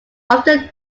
often